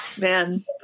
man